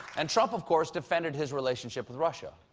and trump, of course, defended his relationship with russia.